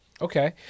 Okay